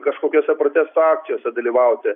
kažkokiose protesto akcijose dalyvauti